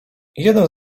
jeden